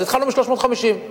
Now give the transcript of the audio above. אז התחלנו מ-350,000 שקל.